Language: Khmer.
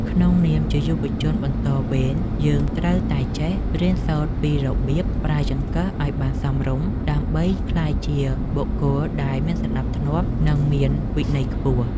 ក្នុងនាមជាយុវជនបន្តវេនយើងត្រូវតែចេះរៀនសូត្រពីរបៀបប្រើចង្កឹះឱ្យបានសមរម្យដើម្បីក្លាយជាបុគ្គលដែលមានសណ្តាប់ធ្នាប់និងមានវិន័យខ្ពស់។